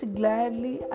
gladly